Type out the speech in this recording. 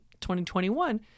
2021